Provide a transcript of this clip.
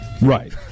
Right